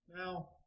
Now